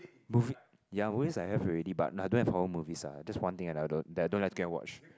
movie ya movies I have already but no I don't have horror movies ah that's one thing I that I don't like to go and watch